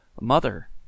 mother